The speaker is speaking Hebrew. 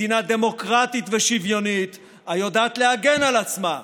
מדינה דמוקרטית ושוויונית היודעת להגן על עצמה,